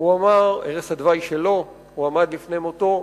דווי לפני מותו?